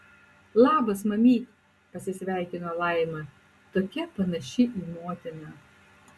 labas mamyt pasisveikino laima tokia panaši į motiną